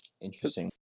Interesting